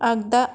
आगदा